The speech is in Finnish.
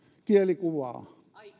kielikuvaa